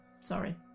Sorry